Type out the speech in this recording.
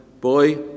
boy